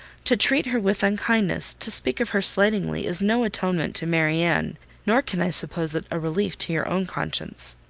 to treat her with unkindness, to speak of her slightingly is no atonement to marianne nor can i suppose it a relief to your own conscience.